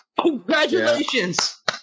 Congratulations